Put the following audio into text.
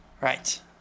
Right